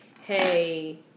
hey